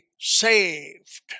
saved